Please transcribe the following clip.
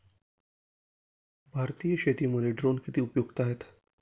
भारतीय शेतीमध्ये ड्रोन किती उपयुक्त आहेत?